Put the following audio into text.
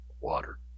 water